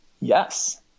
Yes